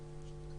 (2)